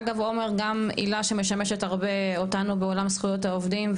אגב עומר גם עילה שמשמשת הרבה אותנו בעולם זכויות העובדים,